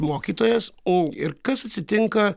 mokytojas o ir kas atsitinka